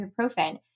ibuprofen